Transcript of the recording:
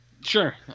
Sure